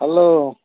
hello